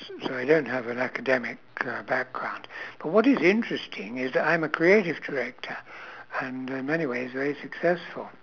s~ so I don't have an academic uh background but what is interesting is I'm a creative director and in many ways very successful